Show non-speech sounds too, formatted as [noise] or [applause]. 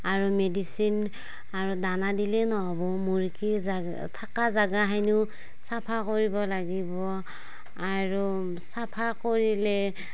আৰু মেডিছিন আৰু দানা দিলেই ন'হব মুৰ্গী [unintelligible] থকা জেগাখিনিও চাফা কৰিব লাগিব আৰু চাফা কৰিলে